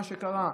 את מה שקרה,